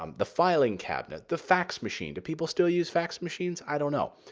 um the filing cabinet, the fax machine do people still use fax machines? i don't know.